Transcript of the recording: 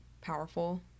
powerful